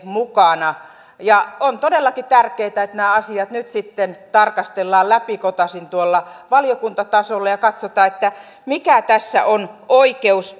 mukana on todellakin tärkeätä että nämä asiat nyt tarkastellaan läpikotaisin valiokuntatasolla ja katsotaan mikä tässä on oikeus